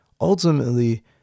ultimately